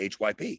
HYP